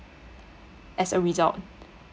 as a result